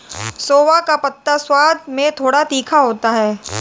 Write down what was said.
सोआ का पत्ता स्वाद में थोड़ा तीखा होता है